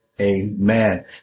Amen